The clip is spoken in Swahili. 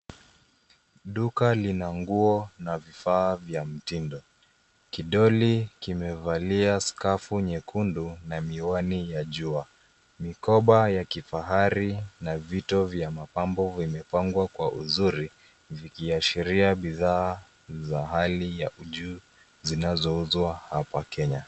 Duka lina nguo na vifaa vya mtindo. Kidoli kimevalia skafu nyekundu na miwani ya jua. Mikoba ya kifahari na vito vya mapambo vimepangwa kwa uzuri, vikiashiria bidhaa za hali ya juu zinazouzwa hapa Kenya.